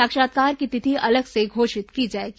साक्षात्कार की तिथि अलग से घोषित की जाएगी